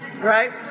right